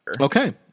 Okay